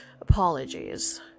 apologies